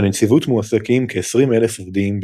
בנציבות מועסקים כעשרים אלף עובדים,